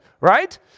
right